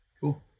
Cool